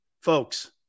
Folks